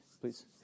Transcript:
Please